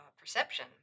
perception